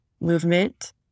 movement